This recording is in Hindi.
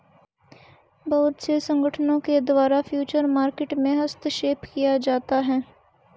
बहुत से संगठनों के द्वारा फ्यूचर मार्केट में हस्तक्षेप किया जाता है